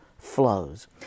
Flows